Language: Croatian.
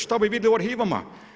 Što bi vidjeli u arhivama?